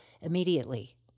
immediately